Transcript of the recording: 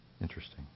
Interesting